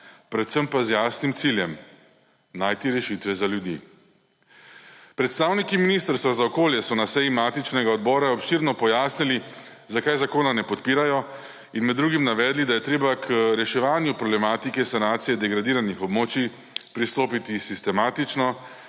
predvsem pa z jasnim ciljem najti rešitve za ljudi. Predstavniki ministrstva za okolje so na seji matičnega odbora obširno pojasnili, zakaj zakona ne podpirajo, in med drugim navedli, da je treba k reševanju problematike sanacije degradiranih območij pristopiti sistematično,